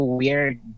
weird